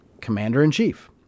Commander-in-Chief